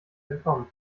entkommen